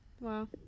Wow